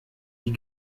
die